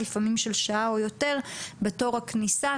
לפעמים של שעה או יותר בתור לכניסה,